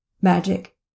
magic